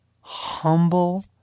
humble